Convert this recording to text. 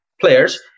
players